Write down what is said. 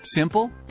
Simple